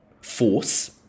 force